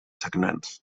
sagnants